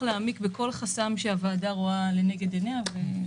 להעמיק בכל חסם שהוועדה רואה לנגד עיניה.